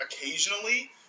occasionally